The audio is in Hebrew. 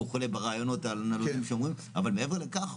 אבל מעבר לכך,